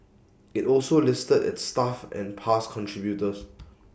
IT also listed its staff and past contributors